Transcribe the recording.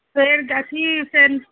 फेर अथी फेर